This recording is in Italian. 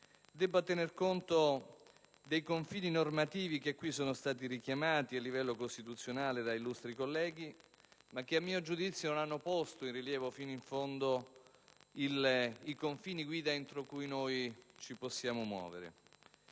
debba tener conto dei confini normativi che qui sono stati richiamati a livello costituzionale da illustri colleghi, ma che a mio giudizio non hanno posto in rilievo fino in fondo i confini guida entro cui noi ci possiamo muovere.